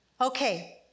Okay